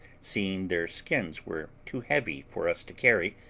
seeing their skins were too heavy for us to carry,